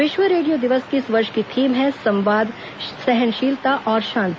विश्व रेडियो दिवस की इस वर्ष की थीम है संवाद सहनशीलता और शांति